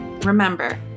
remember